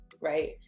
right